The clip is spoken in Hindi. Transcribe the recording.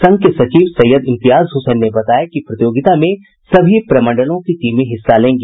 संघ के सचिव सैयद इम्तियाज हुसैन ने बताया कि प्रतियोगिता में सभी प्रमंडलों की टीमें हिस्सा लेंगी